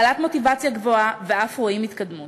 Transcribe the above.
היא בעלת מוטיבציה גבוהה ואף רואים התקדמות.